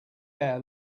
air